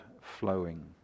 flowing